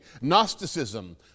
Gnosticism